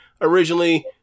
originally